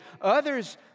Others